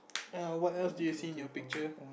err what else do you see in your picture